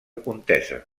contesa